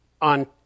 on